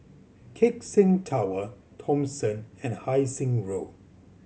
Keck Seng Tower Thomson and Hai Sing Road